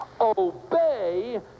obey